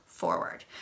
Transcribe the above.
forward